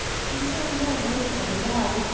he saw no reason, why,